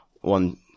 one